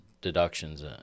deductions